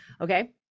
Okay